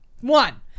One